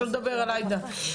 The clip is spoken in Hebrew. שלא לדבר על עאידה,